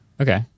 Okay